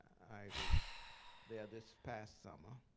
i was there this past summer.